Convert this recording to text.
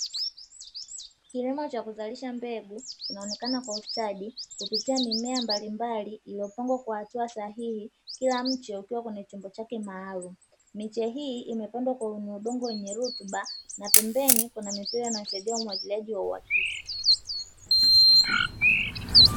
Kilimo cha kuzalisha mbegu kinaonekana kwa ustadi kupitia mimea mbalimbali iliyopandwa kwa hatua sahihi, kila mche ukiwa kwenye chombo chake maalumu. Miche hii imepandwa kwenye udongo wenye rutuba na pembeni kuna mipira inayosaidia umwagiliaji wa uhakika.